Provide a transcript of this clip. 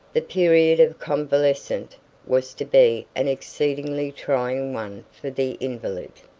the period of convalescence was to be an exceedingly trying one for the invalid.